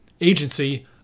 agency